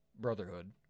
Brotherhood